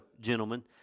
gentlemen